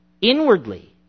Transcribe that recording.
Inwardly